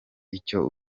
icyo